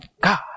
God